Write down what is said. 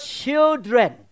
children